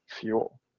fuel